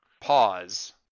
pause